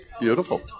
beautiful